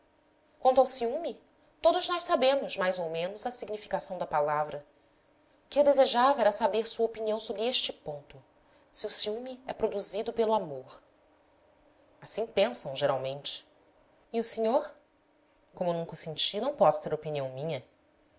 quanto ao ciúme todos nós sabemos mais ou menos a significação da palavra o que eu desejava era saber sua opinião sobre este ponto se o ciúme é produzido pelo amor assim pensam geralmente e o senhor como nunca o senti não posso ter opinião minha